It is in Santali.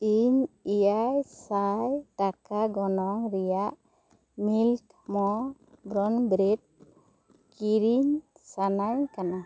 ᱤᱧ ᱮᱭᱟᱭ ᱥᱟᱭ ᱴᱟᱠᱟ ᱜᱚᱱᱚᱝ ᱨᱮᱭᱟᱜ ᱢᱤᱞᱠ ᱢᱚ ᱵᱽᱨᱚᱱ ᱵᱽᱨᱮᱰ ᱠᱤᱨᱤᱧ ᱥᱟᱱᱟᱧ ᱠᱟᱱᱟ